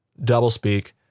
doublespeak